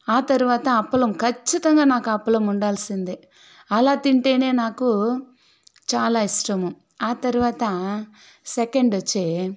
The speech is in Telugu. ఆ తర్వాత అప్పడం ఖచ్చితంగా నాకు అప్పడం ఉండాల్సిందే అలా తింటేనే నాకు చాలా ఇష్టము ఆ తర్వాత సెకెండ్ వచ్చి